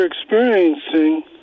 experiencing